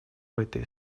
этой